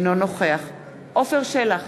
אינו נוכח עפר שלח,